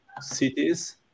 cities